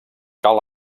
cal